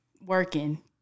Working